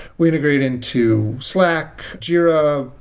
we integrate into slack, jira,